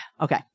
okay